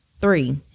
three